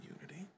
unity